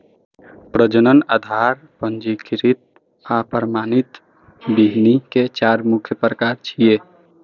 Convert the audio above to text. प्रजनक, आधार, पंजीकृत आ प्रमाणित बीहनि के चार मुख्य प्रकार छियै